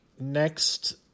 next